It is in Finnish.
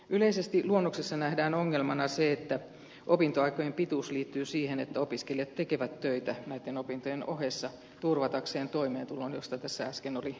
yleisesti luonnoksessa nähdään ongelmana se että opintoaikojen pituus liittyy siihen että opiskelijat tekevät töitä näitten opintojen ohessa turvatakseen toimeentulon mistä tässä äsken oli juuri puhetta